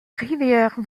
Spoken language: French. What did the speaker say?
rivière